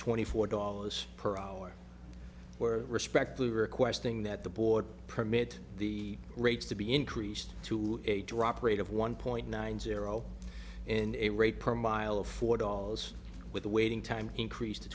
twenty four dollars per hour where respectfully requesting that the board permit the rates to be increased to a drop rate of one point nine zero and a rate per mile of four dollars with a waiting time increase t